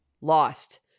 lost